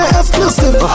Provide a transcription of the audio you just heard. exclusive